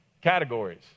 categories